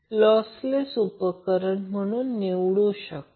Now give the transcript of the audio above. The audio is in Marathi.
आणि मग आपल्याला माहित आहे की f012π √LC असते